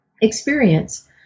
experience